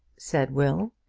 said will.